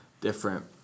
different